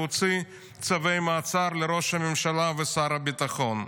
שהוציא צווי מעצר לראש הממשלה ולשר הביטחון.